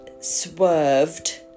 swerved